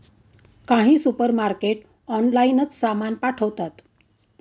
काही सुपरमार्केट ऑनलाइनच सामान पाठवतात